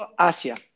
Asia